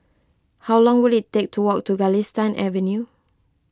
how long will it take to walk to Galistan Avenue